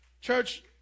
Church